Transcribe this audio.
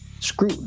screw